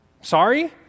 Sorry